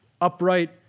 upright